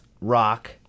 rock